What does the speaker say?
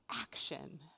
action